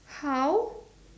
how